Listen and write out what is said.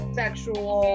sexual